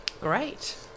Great